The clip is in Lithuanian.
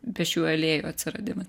pėsčiųjų alėjų atsiradimas